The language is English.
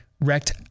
wrecked